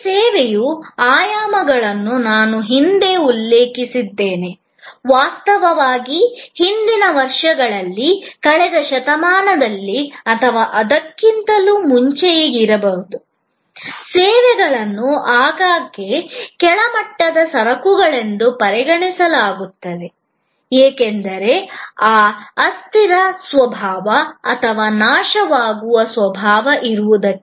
ಈ ಸೇವೆಯ ಆಯಾಮಗಳನ್ನು ನಾನು ಹಿಂದೆ ಉಲ್ಲೇಖಿಸಿದ್ದೇನೆ ವಾಸ್ತವವಾಗಿ ಹಿಂದಿನ ವರ್ಷಗಳಲ್ಲಿ ಕಳೆದ ಶತಮಾನದಲ್ಲಿ ಅಥವಾ ಅದಕ್ಕಿಂತಲೂ ಮುಂಚೆಯೇ ಇರಬಹುದು ಸೇವೆಗಳನ್ನು ಆಗಾಗ್ಗೆ ಕೆಳಮಟ್ಟದ ಸರಕುಗಳೆಂದು ಪರಿಗಣಿಸಲಾಗುತ್ತದೆ ಏಕೆಂದರೆ ಅದಕ್ಕೆ ಅಸ್ಥಿರ ಸ್ವಭಾವ ಅಥವಾ ನಾಶವಾಗುವ ಸ್ವಭಾವ ಇತ್ತು